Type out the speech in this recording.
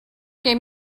gave